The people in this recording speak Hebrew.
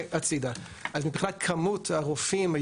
מבחינת כמות הרופאים,